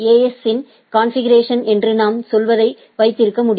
S இன் configuration என்று நாம் சொல்வதை வைத்திருக்க முடியும்